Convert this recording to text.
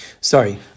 Sorry